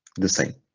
the same.